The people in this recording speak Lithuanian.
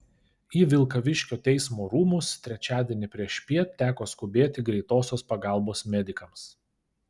į vilkaviškio teismo rūmus trečiadienį priešpiet teko skubėti greitosios pagalbos medikams